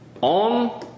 on